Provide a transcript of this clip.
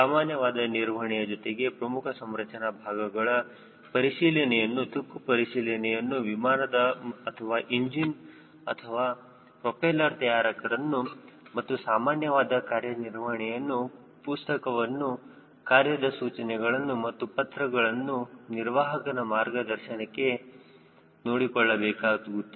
ಸಾಮಾನ್ಯವಾದ ನಿರ್ವಹಣೆಯ ಜೊತೆಗೆ ಪ್ರಮುಖ ಸಂರಚನಾ ಭಾಗಗಳ ಪರಿಶೀಲನೆಯನ್ನು ತುಕ್ಕು ಪರಿಶೀಲನೆಯನ್ನು ವಿಮಾನದ ಅಥವಾ ಇಂಜಿನ್ ಅಥವಾ ಪ್ರೊಪೆಲ್ಲರ್ ತಯಾರಕರನ್ನು ಮತ್ತು ಸಾಮಾನ್ಯವಾದ ಕಾರ್ಯನಿರ್ವಹಣೆಯ ಪುಸ್ತಕವನ್ನು ಕಾರ್ಯದ ಸೂಚನೆಗಳನ್ನು ಮತ್ತು ಪತ್ರಗಳನ್ನು ನಿರ್ವಾಹಕನ ಮಾರ್ಗದರ್ಶನಕ್ಕೆ ನೋಡಿಕೊಳ್ಳಬೇಕಾಗುತ್ತದೆ